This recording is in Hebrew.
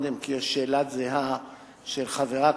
כי יש שאלה זהה של חברת